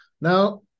Now